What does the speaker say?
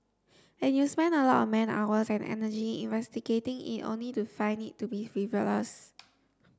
and you spend a lot of man hours and energy investigating it only to find it to be frivolous